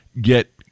get